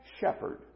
shepherd